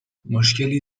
مشکلی